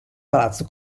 palazzo